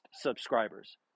subscribers